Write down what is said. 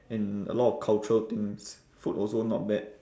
and a lot of cultural things food also not bad